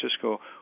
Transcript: Francisco